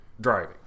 driving